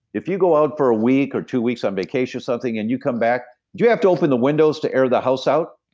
if you go out for a week or two weeks on vacation or something, and you come back, do you have to open the windows to air the house out?